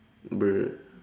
bruh